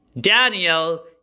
Daniel